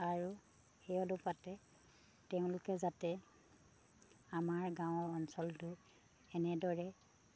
আৰু সেই তেওঁলোকে যাতে আমাৰ গাঁৱৰ অঞ্চলটো এনেদৰে